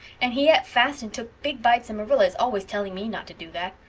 and he et fast and took big bites and marilla is always telling me not to do that.